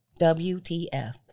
WTF